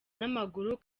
n’amaguru